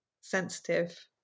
sensitive